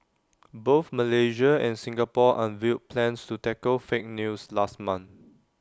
both Malaysia and Singapore unveiled plans to tackle fake news last month